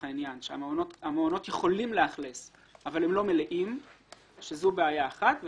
שהמעונות יכולים לאכלס אבל הם לא מלאים וזו בעיה אחת.